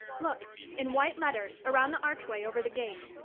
look in white letters, around the archway over the gate.